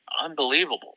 unbelievable